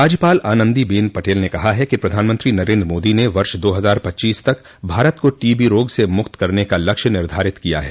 राज्यपाल आनंदी बेन पटेल ने कहा है कि प्रधानमंत्री नरेन्द्र मोदी ने वर्ष दो हजार पच्चीस तक भारत को टीबी रोग से मुक्त करने का लक्ष्य निर्धारित किया है